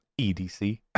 EDC